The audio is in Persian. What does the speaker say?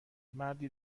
مردی